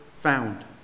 found